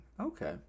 Okay